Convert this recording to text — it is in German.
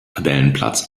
tabellenplatz